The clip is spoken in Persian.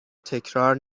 تکرار